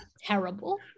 terrible